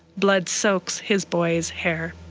blood soaks his boy's hair.